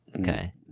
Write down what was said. Okay